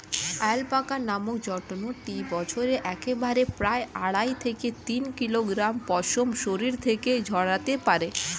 alpaca নামক জন্তুটি বছরে একবারে প্রায় আড়াই থেকে তিন কিলোগ্রাম পশম শরীর থেকে ঝরাতে পারে